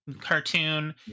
cartoon